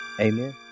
amen